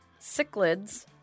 cichlids